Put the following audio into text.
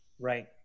Right